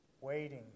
waiting